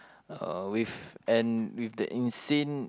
uh with and with the insane